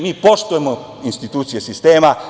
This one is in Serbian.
Mi poštujemo institucije sistema.